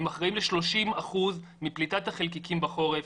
הם אחראים ל-30% מפליטת החלקיקים בחורף,